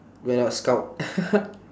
went up scout